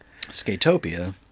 Skatopia